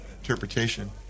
interpretation